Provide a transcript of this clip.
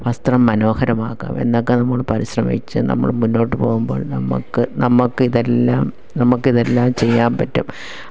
വസ്ത്രം മനോഹരമാക്കാം എന്നൊക്കെ നമ്മള് പരിശ്രമിച്ച് നമ്മൾ മുന്നോട്ട് പോകുമ്പോൾ നമുക്ക് നമുക്ക് ഇതെല്ലാം നമുക്കിതെല്ലാം ചെയ്യാൻ പറ്റും